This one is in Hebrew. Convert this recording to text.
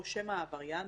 או שמא העבריין,